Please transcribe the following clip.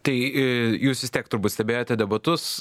tai jūs vis tiek turbūt stebėjote debatus